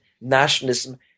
nationalism